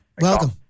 Welcome